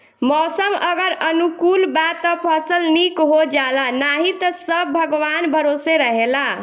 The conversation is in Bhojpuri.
मौसम अगर अनुकूल बा त फसल निक हो जाला नाही त सब भगवान भरोसे रहेला